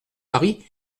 paris